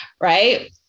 Right